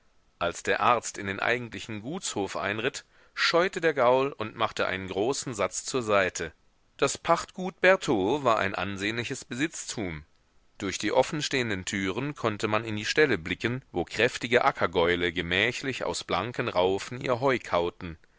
als der arzt in den eigentlichen gutshof einritt scheute der gaul und machte einen großen satz zur seite das pachtgut bertaux war ein ansehnliches besitztum durch die offenstehenden türen konnte man in die ställe blicken wo kräftige ackergäule gemächlich aus blanken raufen ihr heu kauten